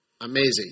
Amazing